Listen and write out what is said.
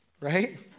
right